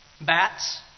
bats